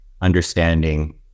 understanding